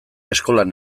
eskolan